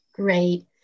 Great